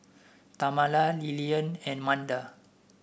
Tamela Lilyan and Manda